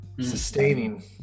sustaining